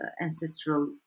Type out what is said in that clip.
ancestral